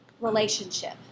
relationship